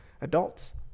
adults